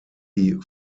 die